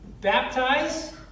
baptize